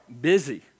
busy